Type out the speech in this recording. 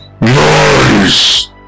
Nice